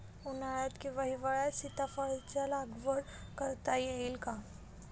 उन्हाळ्यात किंवा हिवाळ्यात सीताफळाच्या लागवड करता येईल का?